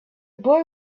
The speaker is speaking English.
boy